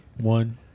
One